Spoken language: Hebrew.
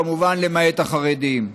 כמובן למעט החרדים?